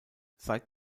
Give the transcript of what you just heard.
seit